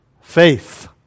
faith